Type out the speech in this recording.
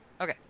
Okay